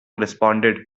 responded